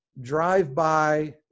drive-by